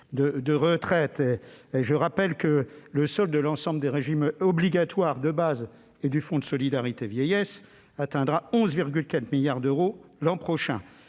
le rappelle, le solde de l'ensemble des régimes obligatoires de base et du Fonds de solidarité vieillesse atteindra 11,4 milliards d'euros l'an prochain.